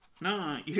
No